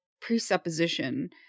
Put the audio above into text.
presupposition